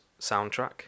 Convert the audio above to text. soundtrack